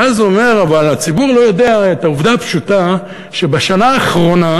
ואז הוא אומר: אבל הציבור לא יודע את העובדה הפשוטה שבשנה האחרונה,